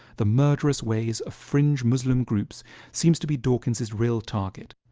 the murderous ways of fringe muslim groups seems to be dawkins is real target.